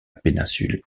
péninsule